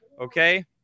Okay